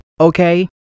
Okay